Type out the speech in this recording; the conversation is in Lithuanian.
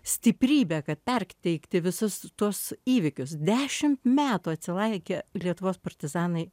stiprybę kad perteikti visus tuos įvykius dešimt metų atsilaikė lietuvos partizanai